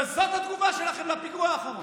וזאת התגובה שלכם לפיגועים האחרונים.